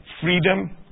freedom